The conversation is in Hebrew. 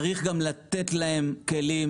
צריך גם לתת להם כלים,